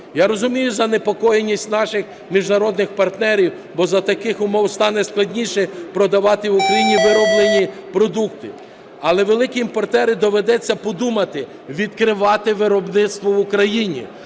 Я розумію занепокоєність наших міжнародних партнерів, бо за таких умов стане складніше продавати Україні вироблені продукти. Але великим імпортерам доведеться подумати: відкривати виробництво в Україні,